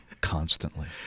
constantly